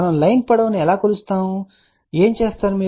మనము లైన్ పొడవును ఎలా కొలుస్తాము లేదా లెక్కించాలి మీరు ఏమి చేస్తారు